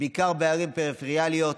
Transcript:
בעיקר בערים פריפריאליות.